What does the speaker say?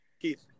Keith